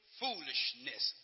foolishness